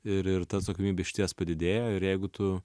ir ir ta atsakomybė išties padidėja ir jeigu tu